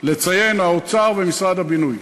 לרבות האוצר ומשרד הבינוי,